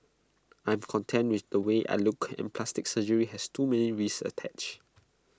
I am content with the way I look and plastic surgery has too many risks attached